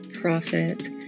profit